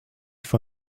for